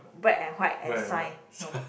black and white and sign no